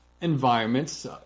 environments